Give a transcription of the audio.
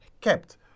kept